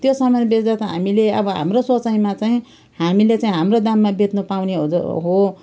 त्यो सामान बेच्दा हामीले अब हाम्रो सोचाइमा चाहिँ हामीले चाहिँ हाम्रो दाममा बेच्नु पाउने हुँदो हो